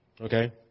Okay